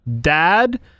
dad